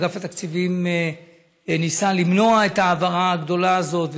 אגף התקציבים ניסה למנוע את ההעברה הגדולה הזאת,